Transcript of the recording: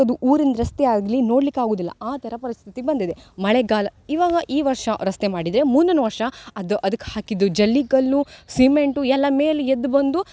ಊರಿನ ರಸ್ತೆ ಆಗಲಿ ನೋಡ್ಲಿಕ್ಕೆ ಆಗುವುದಿಲ್ಲ ಆ ಥರ ಪರಿಸ್ಥಿತಿ ಬಂದಿದೆ ಮಳೆಗಾಲ ಇವಾಗ ಈ ವರ್ಷ ರಸ್ತೆ ಮಾಡಿದರೆ ಮುಂದಿನ ವರ್ಷ ಅದು ಅದಕ್ಕೆ ಹಾಕಿದ್ದು ಜಲ್ಲಿಕಲ್ಲು ಸಿಮೆಂಟು ಎಲ್ಲ ಮೇಲೆ ಎದ್ದು ಬಂದು